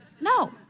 No